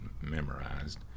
memorized